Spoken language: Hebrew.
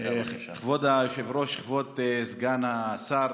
כבוד היושב-ראש, כבוד סגן השר,